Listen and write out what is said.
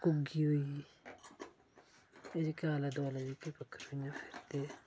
कुग्घी होई गेई जेहके आले दुआले इयां पक्खरु इयां फिरदे